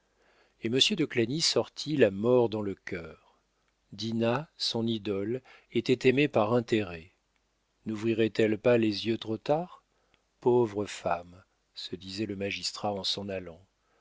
et monsieur de clagny sortit la mort dans le cœur dinah son idole était aimée par intérêt nouvrirait elle pas les yeux trop tard pauvre femme se disait le magistrat en s'en allant